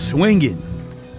Swinging